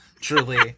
truly